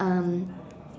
um